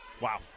Wow